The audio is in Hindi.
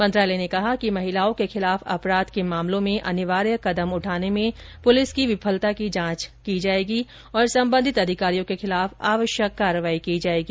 मंत्रालय ने कहा कि महिलाओं के खिलाफ अपराध के मामलों में अनिवार्य कदम उठाने में पुलिस की विफलता की जांच की जाएगी और संबंधित अधिकारियों के खिलाफ आवश्यक कार्रवाई की जाएगी